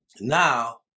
Now